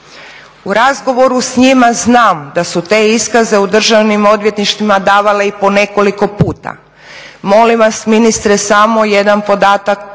U razgovoru s njima znam da su te iskaze u državnim odvjetništvima davale i po nekoliko puta. Molim vas ministre samo jedan podatak,